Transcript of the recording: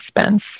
expense